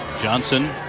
johnson